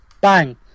bang